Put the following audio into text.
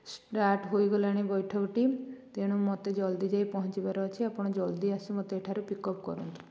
start ହେଇଗଲାଣି ବୈଠକଟି ତେଣୁ ମୋତେ ଜଲ୍ଦି ଯାଇ ପହଁଞ୍ଚିବାର ଅଛି ଆପଣ ଜଲ୍ଦି ଆସି ମୋତେ ଏଠାରୁ ପିକ୍ଅପ୍ କରନ୍ତୁ